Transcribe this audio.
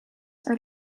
are